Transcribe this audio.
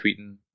tweeting